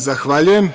Zahvaljujem.